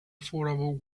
affordable